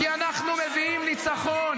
כי אנחנו מביאים ניצחון.